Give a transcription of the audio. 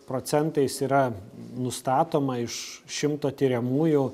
procentais yra nustatoma iš šimto tiriamųjų